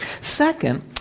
Second